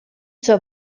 zur